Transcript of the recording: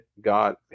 God